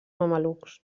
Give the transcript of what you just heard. mamelucs